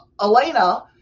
Elena